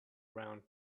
round